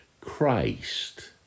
Christ